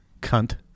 Cunt